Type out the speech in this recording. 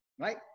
Right